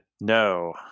No